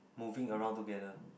moving around together